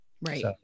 Right